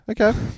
Okay